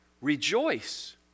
Rejoice